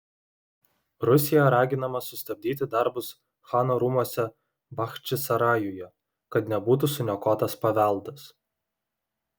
rusija raginama sustabdyti darbus chano rūmuose bachčisarajuje kad nebūtų suniokotas paveldas